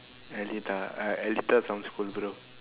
eletah ah eletah sounds cool bro